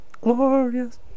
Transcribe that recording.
Glorious